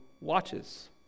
watches